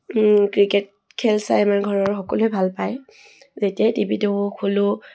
cricket খেল চাই আমাৰ ঘৰৰ সকলোৱে ভাল পায় যেতিয়াই টিভিটো খোলোঁ